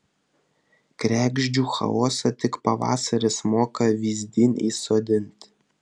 kregždžių chaosą tik pavasaris moka vyzdin įsodinti